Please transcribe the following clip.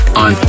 on